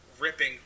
ripping